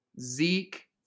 Zeke